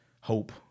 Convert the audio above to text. hope